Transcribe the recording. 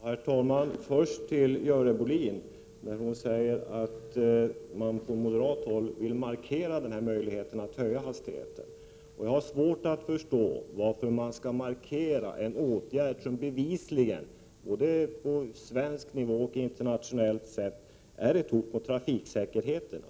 Herr talman! Först till Görel Bohlin: Hon säger att man från moderat håll vill markera möjligheten att höja hastigheten. Jag har svårt att förstå varför man skall markera en åtgärd som bevisligen — både på svensk nivå och internationellt sett — är ett hot mot trafiksäkerheten.